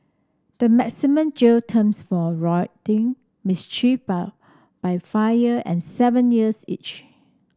the maximum jail terms for rioting mischief by by fire and seven years each